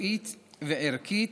מקצועית וערכית,